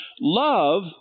Love